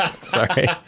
sorry